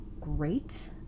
great